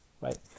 right